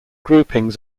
groupings